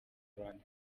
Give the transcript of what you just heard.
rwanda